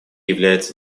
является